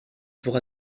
pour